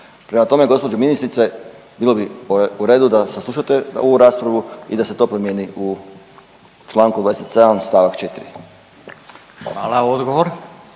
Prema tome, gospođo ministrice bilo bi u redu da saslušate ovu raspravu i da se to promijeni u Članku 27. stavak 4. **Radin,